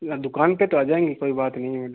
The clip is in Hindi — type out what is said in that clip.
मतलब दुकान पर तो आ जाएँगे कोई बात नहीं है मैडम